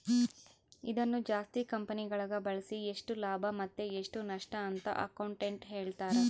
ಇದನ್ನು ಜಾಸ್ತಿ ಕಂಪೆನಿಗಳಗ ಬಳಸಿ ಎಷ್ಟು ಲಾಭ ಮತ್ತೆ ಎಷ್ಟು ನಷ್ಟಅಂತ ಅಕೌಂಟೆಟ್ಟ್ ಹೇಳ್ತಾರ